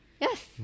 Yes